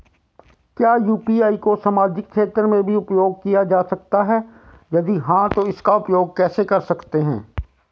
क्या यु.पी.आई को सामाजिक क्षेत्र में भी उपयोग किया जा सकता है यदि हाँ तो इसका उपयोग कैसे कर सकते हैं?